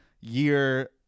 year